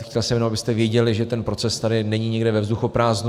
Chtěl jsem jenom, abyste věděli, že ten proces tady není nikde ve vzduchoprázdnu.